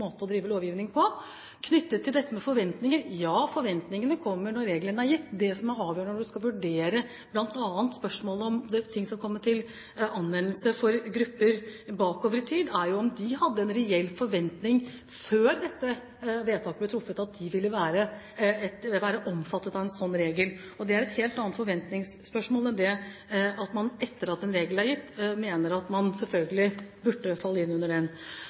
måte å drive lovgivning på. Når det gjelder forventninger: Forventningene kommer når en regel blir gitt. Det som er avgjørende når du skal vurdere bl.a. spørsmålet om noe skal komme til anvendelse for grupper bakover i tid, er jo om de har hatt en reell forventning før et vedtak blir truffet, forventninger om at de ville være omfattet av en sånn regel. Det er et helt annet forventingsspørsmål enn at man etter at en regel er gitt, mener at man selvfølgelig burde falle inn under den.